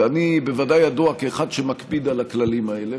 ואני בוודאי ידוע כאחד שמקפיד על הכללים האלה,